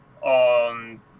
on